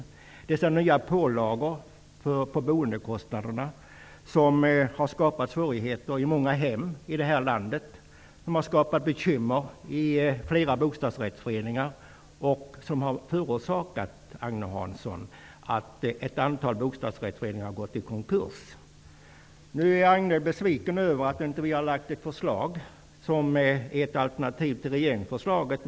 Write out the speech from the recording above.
Det är dessa nya pålagor på bostadskostnaderna som har skapat svårigheter i många hem i det här landet, som har skapat bekymmer i flera bostadsrättsföreningar och som har förorsakat att ett antal bostadsrättsföreningar gått i konkurs. Nu är Agne Hansson besviken över att vi inte har lagt fram ett förslag som alternativ till regeringsförslaget.